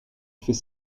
fait